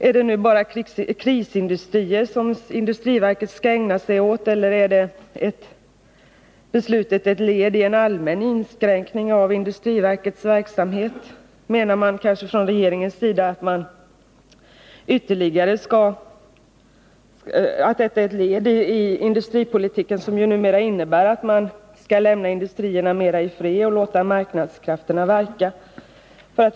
Är det bara krisindustrier som industriverket nu skall ägna sig åt, eller är beslutet ett led i en allmän inskränkning av industriverkets verksamhet? Menar man kanske från regeringens sida att detta är ett led i industripolitiken, som innebär att industrierna numera skall lämnas i fred och att marknadskrafterna skall få verka?